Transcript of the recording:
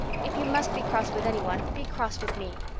if you must be cross with anyone, be cross with me.